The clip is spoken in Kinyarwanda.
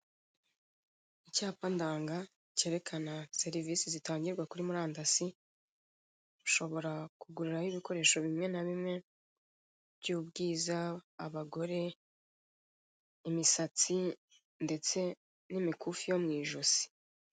Icyapa ndanga cyerekana serivise zitangirwa kuri murandasi, ushobora kuguriraho ibikoresho bimwe na bimwe by'ubwiza, abagore, imisatsi ndetse n'imikufi yo mu ijosi.